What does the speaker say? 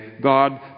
God